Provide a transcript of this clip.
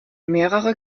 mehrere